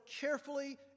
carefully